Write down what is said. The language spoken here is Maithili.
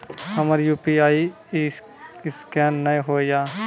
हमर यु.पी.आई ईसकेन नेय हो या?